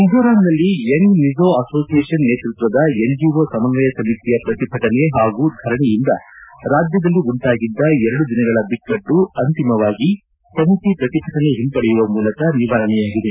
ಮಿಜೋರಾಂನಲ್ಲಿ young Mizo association ನೇತೃತ್ವದ NGO ಸಮನ್ವಯ ಸಮಿತಿಯ ಪ್ರತಿಭಟನೆ ಹಾಗೂ ಧರಣಿಯಿಂದ ರಾಜ್ಯದಲ್ಲಿ ಉಂಟಾಗಿದ್ದ ಎರಡು ದಿನಗಳ ಬಿಕ್ಕಟ್ಟು ಅಂತಿಮವಾಗಿ ಸಮಿತಿ ಪ್ರತಿಭಟನೆ ಹಿಂಪಡೆಯುವ ಮೂಲಕ ನಿವಾರಣೆಯಾಗಿದೆ